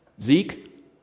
Zeke